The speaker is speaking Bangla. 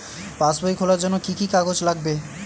পাসবই খোলার জন্য কি কি কাগজ লাগবে?